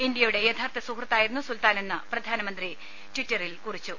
ഇന്ത്യയുടെ യഥാർത്ഥ സുഹൃത്തായിരുന്നു സുൽത്താനെന്ന് പ്രധാനമന്ത്രി നരേന്ദ്രമോദി ടിറ്ററിൽ കുറിച്ചു